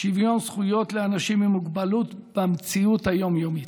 שוויון זכויות לאנשים עם מוגבלות במציאות היום-יומית.